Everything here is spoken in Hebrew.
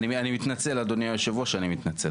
אני מתנצל, אדוני היושב-ראש, אני מתנצל.